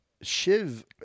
Shiv